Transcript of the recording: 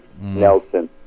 Nelson